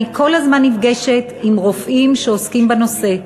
אני כל הזמן נפגשת עם רופאים שעוסקים בנושא,